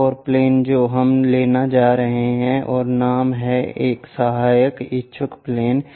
एक और प्लेन जो हम लेने जा रहे हैं और नाम है एक सहायक इच्छुक प्लेन